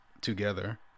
Together